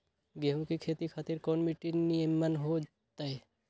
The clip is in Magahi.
गेंहू की खेती खातिर कौन मिट्टी निमन हो ताई?